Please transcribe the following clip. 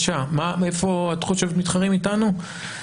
איפה את חושבת שמתחרים איתנו?